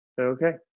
Okay